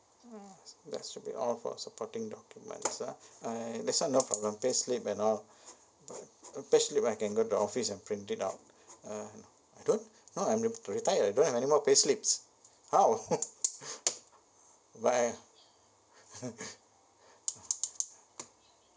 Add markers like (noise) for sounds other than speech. ah that should be all for supporting documents ah uh this one no problem pay slip and all pay slip I can go to the office and print it out uh don't no I I've retired I don't have any more pay slips how (laughs) but I (laughs)